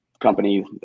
company